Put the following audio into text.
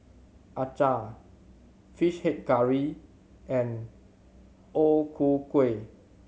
acar Fish Head Curry and O Ku Kueh